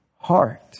heart